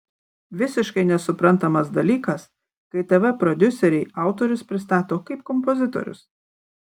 visiškai nesuprantamas dalykas kai tv prodiuseriai autorius pristato kaip kompozitorius